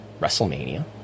WrestleMania